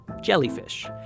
jellyfish